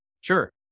Sure